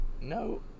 No